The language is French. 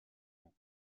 ans